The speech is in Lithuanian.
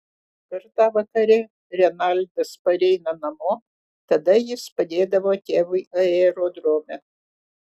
kartą vakare renaldas pareina namo tada jis padėdavo tėvui aerodrome